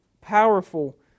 powerful